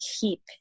keep